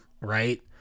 right